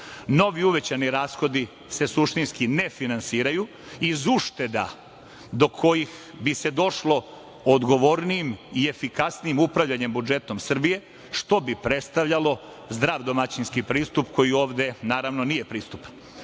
Novi uvećani rashodi se suštinski ne finansiraju iz ušteda do kojih bi se došlo odgovornijim i efikasnijim upravljanjem budžetom Srbije, što bi predstavljalo zdrav domaćinski pristup koji ovde, naravno nije pristup,